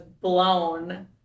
blown